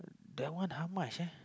that one how much ah